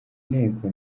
inteko